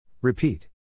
Repeat